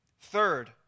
Third